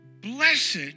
Blessed